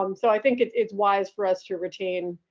um so i think it's wise for us to retain